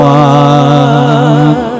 one